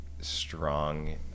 strong